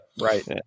right